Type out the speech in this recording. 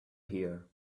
here